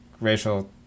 racial